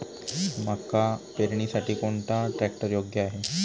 मका पेरणीसाठी कोणता ट्रॅक्टर योग्य आहे?